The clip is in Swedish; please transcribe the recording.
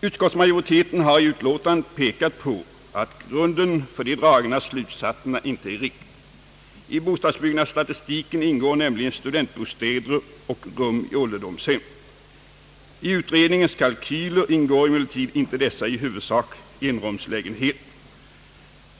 Utskottsmajoriteten har i sitt utlåtande pekat på det förhållandet, att grunden för de dragna slutsatserna inte är riktig. I bostadsbyggnadsstatistiken ingår nämligen studentbostäder och ålderdomshem. I utredningens kalkyler ingår emellertid inte dessa 1-rumslägenheter.